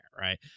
right